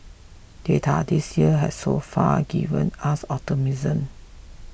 data this year has so far given us optimism